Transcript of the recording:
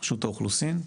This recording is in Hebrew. רשות האוכלוסין.